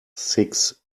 six